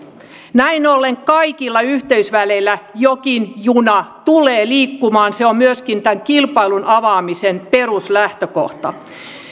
näin ollen kaikilla yhteysväleillä jokin juna tulee liikkumaan se on myöskin tämän kilpailun avaamisen peruslähtökohta